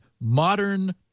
modern